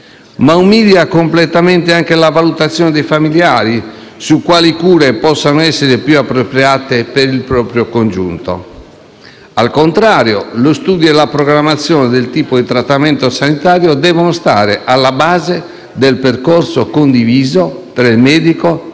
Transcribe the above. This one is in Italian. ma umilia completamente anche la valutazione dei familiari su quali cure possano essere più appropriate per il proprio congiunto. Al contrario, lo studio e la programmazione del tipo di trattamento sanitario devono stare alla base del percorso condiviso tra il medico, il